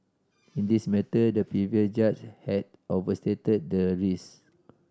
in this matter the previous judge had overstated the risk